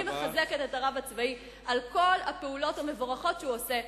אני מחזקת את הרב הצבאי על כל הפעולות המבורכות שהוא עושה,